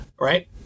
right